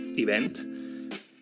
event